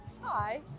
Hi